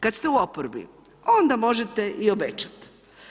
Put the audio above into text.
Kada ste u oporbi, onda možete i obećati.